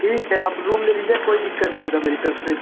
ठीक है आप रूम ले लीजिए कोई दिक्कत नहीं होगा मेरी तरफ़ से